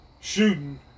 shooting